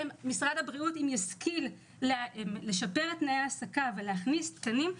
שאם משרד הבריאות ישכיל לשפר את תנאי ההעסקה ולהכניס תקנים,